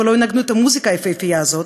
ולא ינגנו את המוזיקה היפהפייה הזאת,